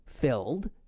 filled